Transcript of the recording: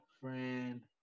friend